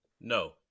No